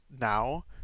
now